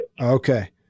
Okay